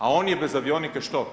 A on je bez avionike što?